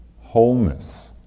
wholeness